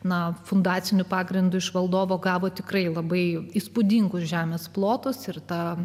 na fundaciniu pagrindu iš valdovo gavo tikrai labai įspūdingus žemės plotus ir ta